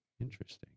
Interesting